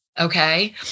okay